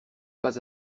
pas